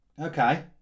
Okay